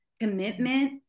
commitment